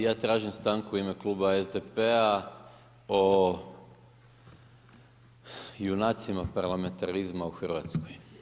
Ja tražim stanku u ime Kluba SDP-a o junacima parlamentarizma u Hrvatskoj.